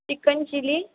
chicken chilly